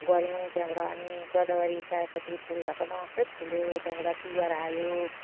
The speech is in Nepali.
गऱ्यौँ त्यहाँबाट अनि गदवरी सयपत्री फुल ढकमक्कै फुल्यो त्यहाँबाट तिहार आयो